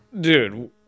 dude